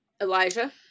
Elijah